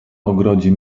ogrodzie